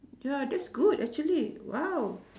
ya that's good actually !wow!